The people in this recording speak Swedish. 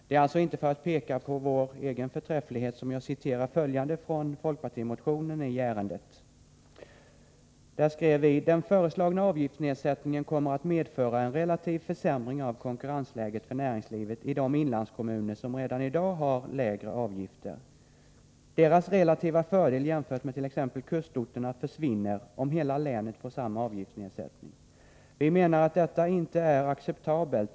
Det är alltså inte för att peka på vår egen förträfflighet som jag citerar följande från folkpartimotionen i ärendet: ”Den föreslagna avgiftsnedsättningen kommer att medföra en relativ försämring av konkurrensläget för näringslivet i de inlandskommuner som redan i dag har lägre avgifter. Deras relativa fördel jämfört med t.ex. kustorterna försvinner, om hela länet får samma avgiftsnedsättning. Vi menar att detta inte är acceptabelt.